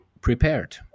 prepared